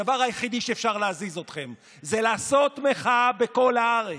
הדבר היחידי שיכול להזיז אתכם זה לעשות מחאה בכל הארץ.